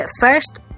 first